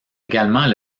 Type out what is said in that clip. également